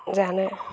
जानो